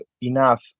enough